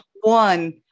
one